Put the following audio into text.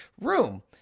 room